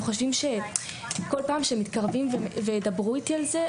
הם חושבים שכל פעם שהם מתקרבים וידברו איתי על זה,